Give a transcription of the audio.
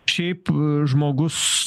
šiaip žmogus